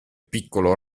piccolo